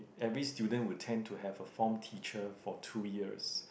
every student will tend to have a form teacher for two years